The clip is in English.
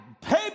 pay